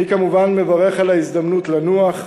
אני כמובן מברך על ההזדמנות לנוח,